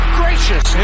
gracious